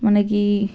మనకి